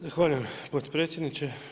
Zahvaljujem potpredsjedniče.